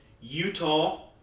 Utah